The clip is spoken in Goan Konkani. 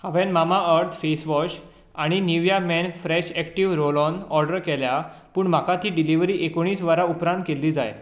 हांवें मामाअर्थ फेस वॉश आनी Nivea men fresh active roll on order केल्यात पूण म्हाका ती डिलिव्हरी एकोणीस वरां उपरांत केल्ली जाय